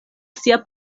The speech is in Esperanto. sia